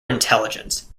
intelligence